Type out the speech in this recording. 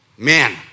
Man